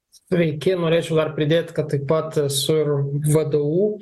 sveiki norėčiau dar pridėt kad taip pat esu ir vdu